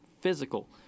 physical